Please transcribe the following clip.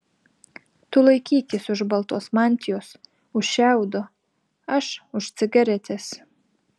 tu laikykis už baltos mantijos už šiaudo aš už cigaretės